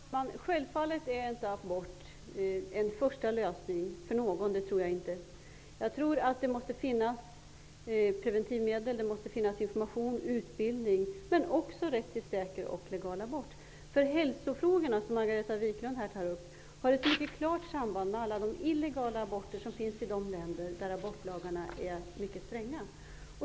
Herr talman! Självfallet är abort inte någon förstahandslösning för någon. Det måste finnas preventivmedel, information, utbildning men också rätt till säker och legal abort. Margareta Viklund tar här upp hälsofrågorna. Hälsofrågorna har ett mycket klart samband med alla de illegala aborter som utförs i de länder där abortlagarna är stränga.